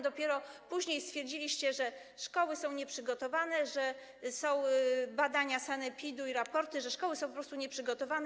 Dopiero później stwierdziliście, że szkoły są nieprzygotowane, że są badania sanepidu i raporty, że szkoły są po prostu nieprzygotowane.